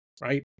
Right